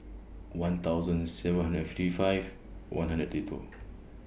one thousand and seven hundred fifty five one hundred thirty two